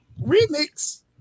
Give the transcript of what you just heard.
Remix